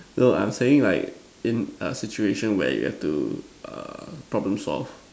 no I'm saying like in a situation where you have to err problem solve